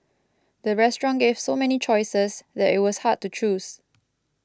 the restaurant gave so many choices that it was hard to choose